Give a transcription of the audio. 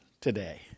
today